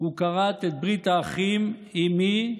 הוא כרת את ברית האחים, עם מי?